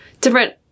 Different